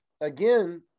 again